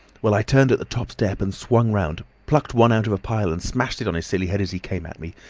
well, i turned at the top step and swung round, plucked one out of a pile and smashed it on his silly head as he came at me.